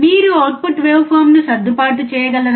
మీరు output wave ఫారమ్ను సర్దుబాటు చేయగలరా